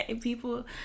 People